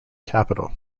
capital